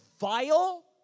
vile